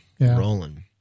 rolling